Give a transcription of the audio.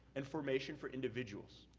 information for individuals.